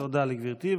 תודה לגברתי.